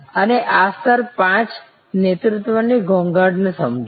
અને આ સ્તર 5 નેતૃત્વની ઘોંઘાટ સમજો